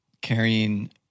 carrying